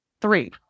three